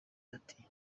ati